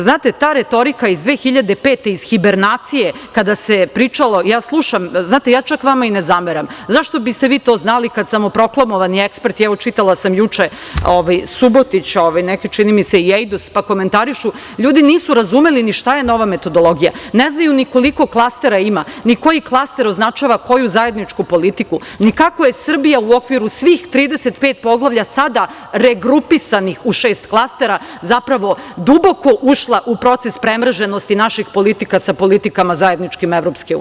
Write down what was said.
Znate, ta retorika iz 2005. godine, iz hibernacije, kada se pričalo, ja čak vama i ne zameram, zašto biste vi to znali kada samoproklamovani eksperti, evo, čitala sam juče, Subotić i Ejdus, komentarišu, ljudi nisu ni razumeli šta je nova metodologija, ne znaju ni koliko klastera ima, ni koji klaster označava koju zajedničku politiku, ni kako je Srbija u okviru svih 35 poglavlja, sada regrupisanih u šest klastera, zapravo duboko ušla u proces premrženosti naših politika sa politikama zajedničkim EU.